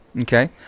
Okay